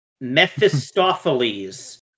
Mephistopheles